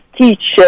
teach